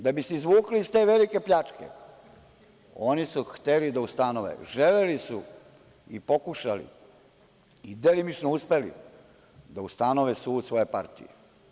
Da bi se izvukli iz te velike pljačke, oni su hteli da ustanove, želeli su i pokušali i delimično uspeli da ustanove sud svoje partije.